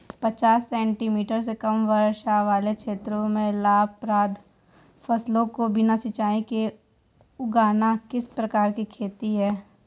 पचास सेंटीमीटर से कम वर्षा वाले क्षेत्रों में लाभप्रद फसलों को बिना सिंचाई के उगाना किस प्रकार की खेती है?